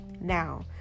Now